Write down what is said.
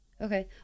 Okay